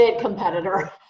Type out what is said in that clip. competitor